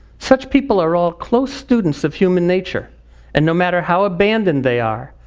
such people are all close students of human nature and no matter how abandoned they are,